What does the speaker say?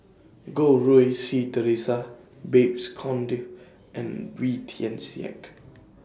Goh Rui Si Theresa Babes Conde and Wee Tian Siak